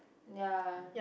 ya